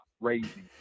crazy